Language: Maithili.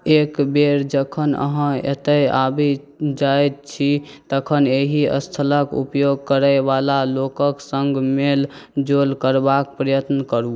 एकबेर जखन अहाँ एतऽ आबि जाइत छी तखन एहि स्थलके उपयोग करैवला लोकके सङ्ग मेलजोल करबाके प्रयत्न करू